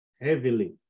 Heavily